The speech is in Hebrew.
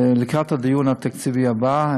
לקראת הדיון התקציבי הבא,